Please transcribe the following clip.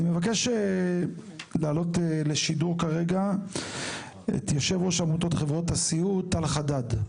אני מבקש להעלות לשידור כרגע את יושב ראש עמותות חברות הסיעוד טל חדד.